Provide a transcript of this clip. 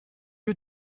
you